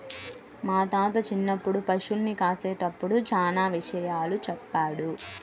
మా తాత చిన్నప్పుడు పశుల్ని కాసేటప్పుడు చానా విషయాలు చెప్పాడు